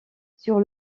sur